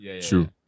True